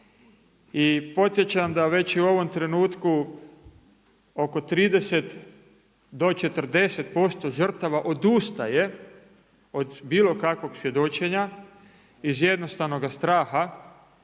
I podsjećam da već i u ovom trenutku oko 30 do 40% žrtava odustaje od bilo kakvog svjedočenja iz jednostavnoga straha